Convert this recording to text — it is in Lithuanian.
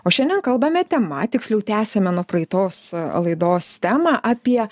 o šiandien kalbame tema tiksliau tęsiame nuo praeitos laidos temą apie